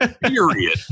Period